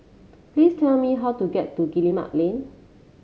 please tell me how to get to Guillemard Lane